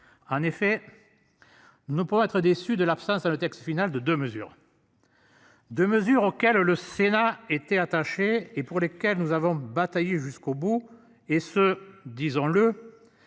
en effet. Ne pourrait être déçus de l'absence. Le texte final de de mesures. 2 mesures auxquelles le Sénat était attaché et pour lesquels nous avons bataillé jusqu'au bout et se disons-le.